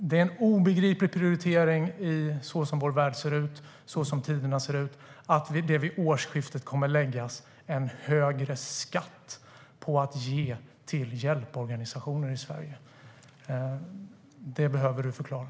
Det är en obegriplig prioritering så som vår värld och tiderna ser ut att det vid årsskiftet kommer att läggas en högre skatt på att ge till hjälporganisationer i Sverige. Det behöver du förklara.